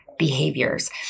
Behaviors